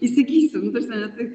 įsigysiu nu ta prasme ne tai